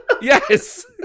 Yes